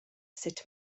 sut